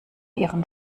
ihren